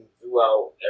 throughout